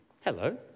Hello